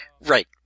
Right